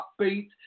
upbeat